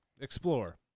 Explore